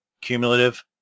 cumulative